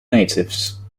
natives